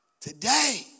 today